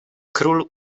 król